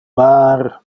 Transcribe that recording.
mar